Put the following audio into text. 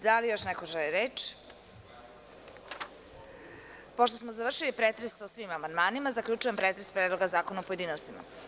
Da li još neko želi reč? (Ne.) Pošto smo završili pretres po svim amandmanima zaključujem pretres Predloga zakona u pojedinostima.